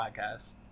podcast